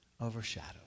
overshadowed